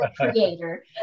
creator